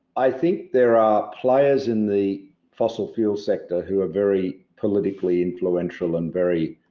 i think there are players in the fossil fuel sector who are very politically influential and very